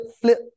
flip